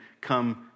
come